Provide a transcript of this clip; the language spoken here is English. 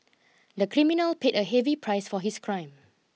the criminal paid a heavy price for his crime